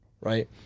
right